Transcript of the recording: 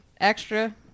extra